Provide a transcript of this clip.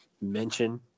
mention